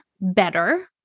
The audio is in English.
better